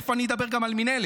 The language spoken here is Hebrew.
תכף אני אדבר גם על המינהלת.